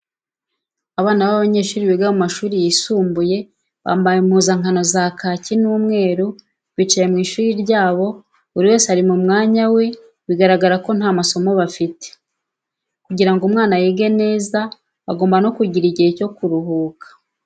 Abana b'abanyeshuri biga mu mashuri yisumbuye bamabaye impuzankano za kaki n'umweru bicaye mw'ishuri ryabo buri wese ari mu mwanya we biragaragara ko nta masomo bafite , kugirango umwana yige neza agomba no kugira igihe cyo kuruhuka.